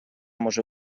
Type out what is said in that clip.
може